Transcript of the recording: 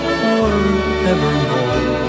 forevermore